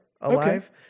alive